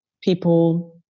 people